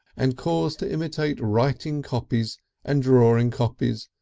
and caused to imitate writing copies and drawing copies,